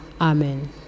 Amen